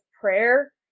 prayer